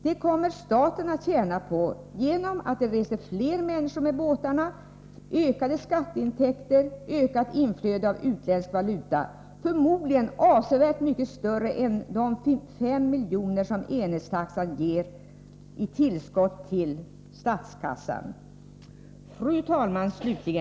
Detta kommer staten också att tjäna på genom att fler reser med båtarna, skatteintäkterna ökar och det blir ett ökat inflöde av utländsk valuta — förmodligen avsevärt mycket större penningsummor än de 5 miljoner som enhetstaxan ger i tillskott till statskassan. Fru talman!